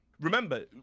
remember